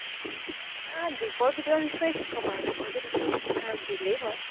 দীপৰ বিলৰ বিষয়ে কি কম আৰু দীপৰ বিল বিলেই হয়